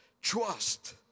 Trust